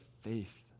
faith